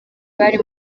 bari